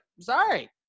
sorry